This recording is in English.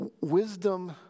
Wisdom